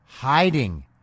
Hiding